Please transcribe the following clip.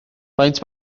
faint